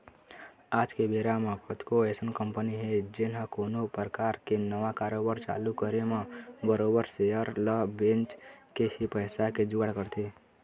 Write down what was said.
आज के बेरा म कतको अइसन कंपनी हे जेन ह कोनो परकार के नवा कारोबार चालू करे म बरोबर सेयर ल बेंच के ही पइसा के जुगाड़ करथे